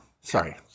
Sorry